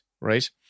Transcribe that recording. right